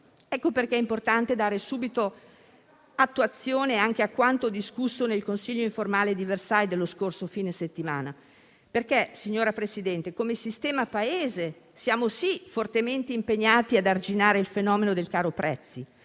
Ecco perché è importante dare subito attuazione anche a quanto discusso nel Consiglio informale di Versailles dello scorso fine settimana, perché come sistema Paese siamo sì fortemente impegnati ad arginare il fenomeno del caro prezzi,